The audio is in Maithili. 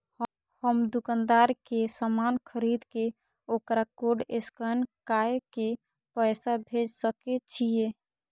हम दुकानदार के समान खरीद के वकरा कोड स्कैन काय के पैसा भेज सके छिए?